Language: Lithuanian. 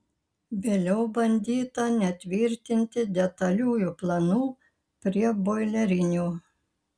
vėliau bandyta netvirtinti detaliųjų planų prie boilerinių